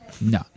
no